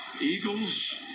Eagles